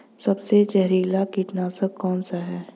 सबसे जहरीला कीटनाशक कौन सा है?